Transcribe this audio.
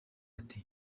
ati